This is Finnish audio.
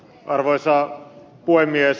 arvoisa puhemies